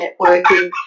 networking